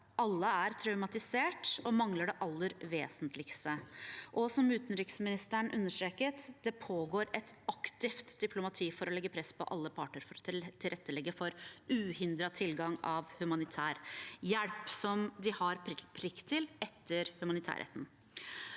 alle er traumatisert og mangler det aller vesentligste. Som utenriksministeren understreket: Det pågår et aktivt diplomati for å legge press på alle parter for å tilrettelegge for uhindret tilgang på humanitær hjelp – som de har plikt til etter humanitærretten.